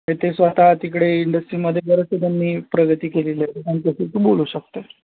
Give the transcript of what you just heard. ते ते स्वतः तिकडे इंडस्ट्रीमध्ये बरचसं त्यांनी प्रगती केलेली आहे तर त्यांच्याशी तू बोलू शकतेस